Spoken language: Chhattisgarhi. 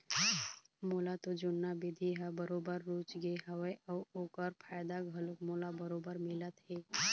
मोला तो जुन्ना बिधि ह बरोबर रुचगे हवय अउ ओखर फायदा घलोक मोला बरोबर मिलत हे